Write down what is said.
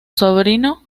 sobrino